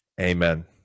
Amen